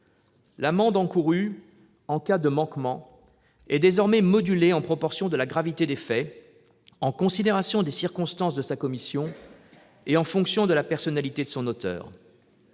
L'amende encourue en cas de manquement est désormais modulée en proportion de la gravité des faits, en considération des circonstances de leur commission et en fonction de la personnalité de son auteur.